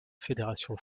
fédération